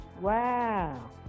Wow